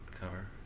cover